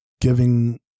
giving